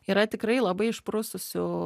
yra tikrai labai išprususių